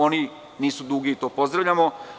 Oni nisu dugi i to pozdravljamo.